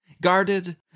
guarded